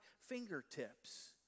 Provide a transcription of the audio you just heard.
fingertips